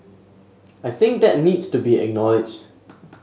I think that needs to be acknowledged